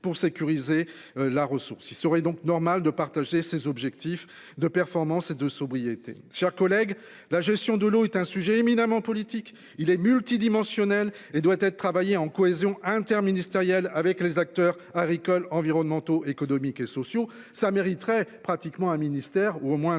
pour sécuriser la ressource. Il serait donc normal de partager ses objectifs de performance et de sobriété. Chers collègues, la gestion de l'eau est un sujet éminemment politique. Il est multidimensionnelle et doit être travaillé en cohésion interministérielle avec les acteurs agricoles environnementaux économiques et sociaux ça mériterait pratiquement un ministère ou au moins un